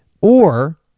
Or-